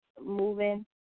moving